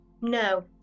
No